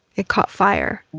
it caught fire,